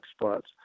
spots